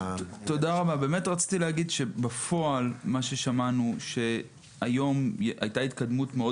רציתי להגיד שבפועל מה ששמענו שהיום הייתה התקדמות מאוד